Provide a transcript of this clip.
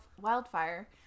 wildfire